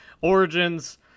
Origins